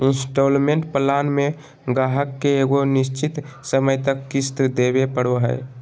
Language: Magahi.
इन्सटॉलमेंट प्लान मे गाहक के एगो निश्चित समय तक किश्त देवे पड़ो हय